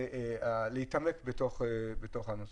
לעקוב ולהתעמק בנושאים.